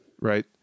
Right